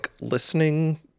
listening